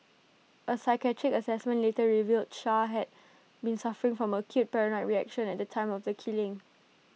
A psychiatric Assessment later revealed char had been suffering from acute paranoid reaction at the time of the killing